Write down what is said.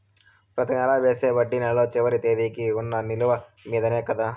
ప్రతి నెల వేసే వడ్డీ నెలలో చివరి తేదీకి వున్న నిలువ మీదనే కదా?